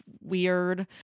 weird